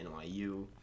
NYU